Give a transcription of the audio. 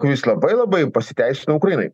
kuris labai labai jau pasiteisino ukrainai